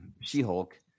she-hulk